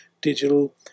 digital